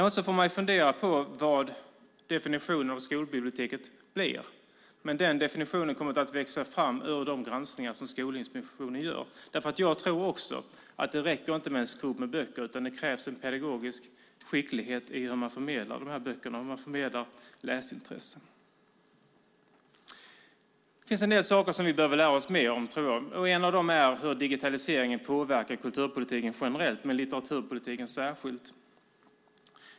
Man får fundera på vad definitionen av skolbiblioteket blir men den kommer att växa fram ur de granskningar som Skolinspektionen gör. Jag tror inte heller att det räcker med en skog av böcker utan det krävs pedagogisk skicklighet i hur man förmedlar de här böckerna och hur man förmedlar läsintresse. Det finns en del saker som vi behöver lära oss mer om, tror jag. En av dem är hur digitaliseringen påverkar kulturpolitiken generellt, men litteraturpolitiken särskilt.